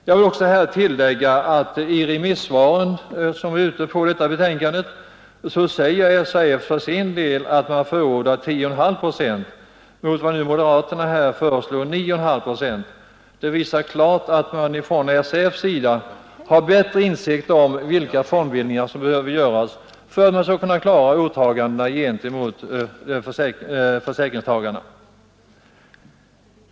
Jag vill tillägga att i remissvaret till detta betänkande förordar SAF för sin del 10,5 procent mot moderaternas här föreslagna 9,5 procent. Det visar klart att man från SAF:s sida har bättre insikt om de fondbildningar som behöver göras för att fonderna skall klara åtagandena gentemot löntagarna.